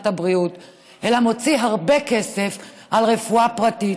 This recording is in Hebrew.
הבריאות אלא מוציא הרבה כסף על רפואה פרטית.